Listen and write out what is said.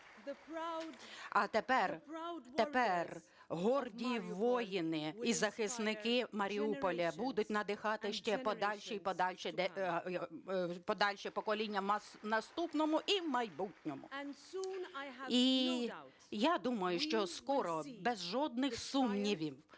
А тепер горді воїни і захисники Маріуполя будуть надихати ще подальші і подальші покоління в наступному і в майбутньому. І я думаю, що скоро, без жодних сумнівів,